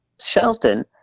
Shelton